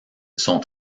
son